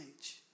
age